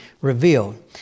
revealed